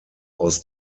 aus